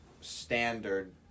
standard